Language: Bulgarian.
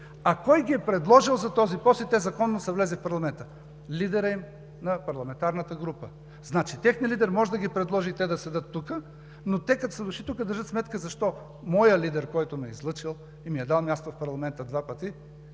А кой ги е предложил за този пост и те законно ли са влезли в парламента? Лидерът на парламентарната им група. Значи техният лидер може да ги предложи и те да седят тук, но те като са дошли, държат сметка защо моят лидер, който ме е излъчил и ми е дал място в парламента, два пъти